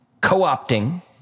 co-opting